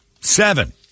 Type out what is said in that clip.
Seven